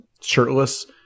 shirtless